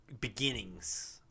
beginnings